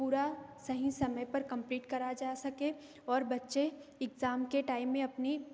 पूरा सही समय पर कंप्लीट कराया जा सके और बच्चे इग्ज़ाम के टाइम में अपनी